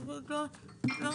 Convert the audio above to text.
לא